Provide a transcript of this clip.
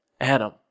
Adam